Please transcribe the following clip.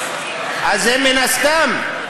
אז מן הסתם,